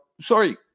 sorry